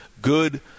Good